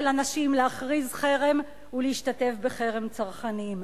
אנשים להכריז חרם ולהשתתף בחרם צרכני.